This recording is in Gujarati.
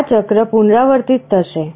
આ ચક્ર પુનરાવર્તિત થશે